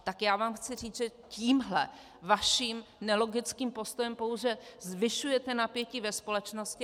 Tak já vám chci říct, že tímhle svým nelogickým postojem pouze zvyšujete napětí ve společnosti.